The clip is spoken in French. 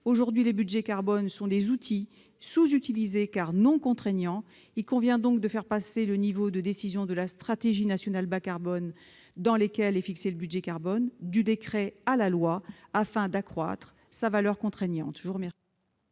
Aujourd'hui, les budgets carbone sont des outils sous-utilisés, car ils sont non contraignants. Il convient donc de faire passer le niveau de décision de la stratégie nationale bas-carbone dans laquelle est fixé le budget carbone, du décret à la loi, afin d'accroître sa valeur contraignante